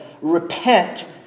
Repent